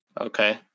Okay